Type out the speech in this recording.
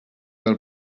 del